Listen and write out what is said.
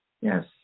Yes